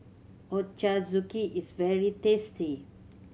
ochazuke is very tasty